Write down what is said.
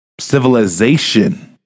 civilization